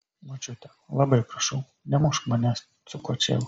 močiute labai prašau nemušk manęs su kočėlu